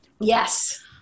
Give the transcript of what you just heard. Yes